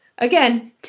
Again